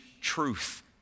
truth